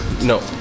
No